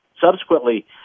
subsequently